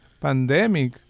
pandemic